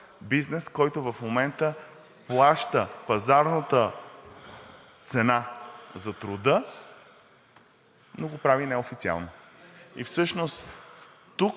бизнес, който в момента плаща пазарната цена за труда, но го прави неофициално. И всъщност тук